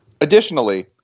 Additionally